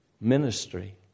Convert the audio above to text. ministry